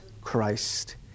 Christ